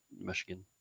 Michigan